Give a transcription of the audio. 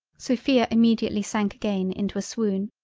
sophia immediately sank again into a swoon.